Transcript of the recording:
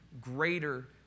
greater